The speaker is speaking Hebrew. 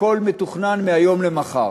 הכול מתוכנן מהיום למחר,